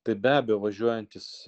tai be abejo važiuojantis